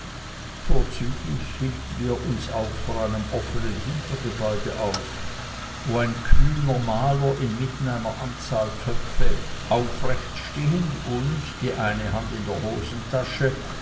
vorzüglich hielten wir uns auch vor einem offenen hintergebäude auf wo ein kühner maler inmitten einer anzahl töpfe aufrechtstehend und die eine hand in der hosentasche